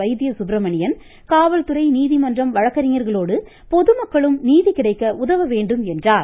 வைத்திய சுப்ரமணியன் நீதிமன்றம் வழக்கறிஞர்களோடு பொதுமக்களும் நீதிகிடைக்க உதவ வேண்டும் என்றார்